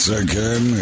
again